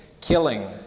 killing